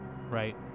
right